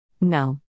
No